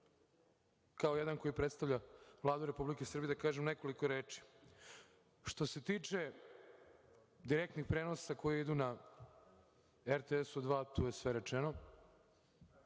kao neko ko predstavlja Vladu Republike Srbije, da kažem nekoliko reči. Što se tiče direktnih prenosa koji idu na RTS-u dva, tu je sve rečeno.